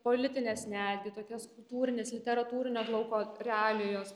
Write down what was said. politinės netgi tokios kultūrinės literatūrinio lauko realijos